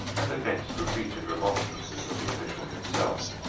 and against repeated remonstrances of the official himself,